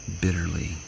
bitterly